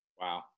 Wow